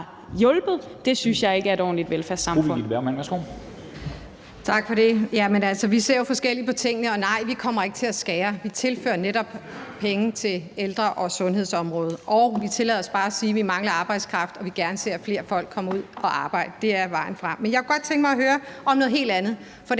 hjulpet. Det synes jeg ikke er et ordentligt velfærdssamfund.